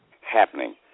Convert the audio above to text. happening